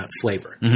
flavor